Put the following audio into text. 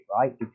right